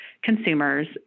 Consumers